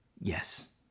Yes